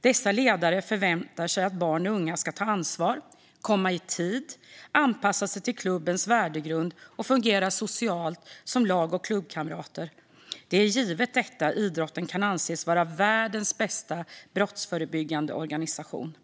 Dessa ledare förväntar sig att barn och unga ska ta ansvar, komma i tid, anpassa sig till klubbens värdegrund och fungera socialt som lag och klubbkamrater. Det är givet detta idrotten kan anses vara världens bästa brottsförebyggande organisation.